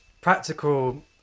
practical